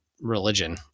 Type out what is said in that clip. religion